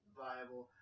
viable